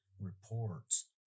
reports